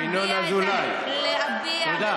ינון אזולאי, תודה.